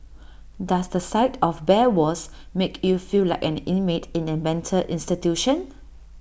does the sight of bare walls make you feel like an inmate in A mental institution